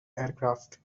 aircraft